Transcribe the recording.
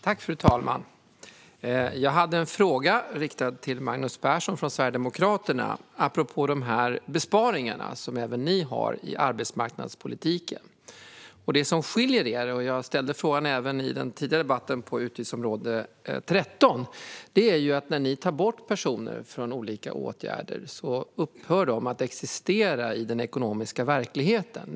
Fru talman! Jag har en fråga riktad till Magnus Persson från Sverigedemokraterna apropå de besparingar som även ni har i arbetsmarknadspolitiken. Jag ställde frågan även i den tidigare debatten om utgiftsområde 13. Det som skiljer er från de andra partierna är att när ni tar bort personer från olika åtgärder upphör de att existera i den ekonomiska verkligheten.